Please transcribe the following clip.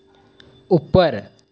उप्पर